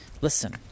Listen